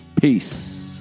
Peace